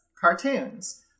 cartoons